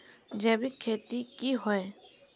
जैविक खेती की होय?